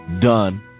done